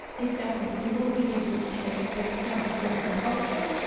exactly, so what we did was take breast cancer cells in culture,